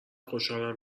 خوشحالم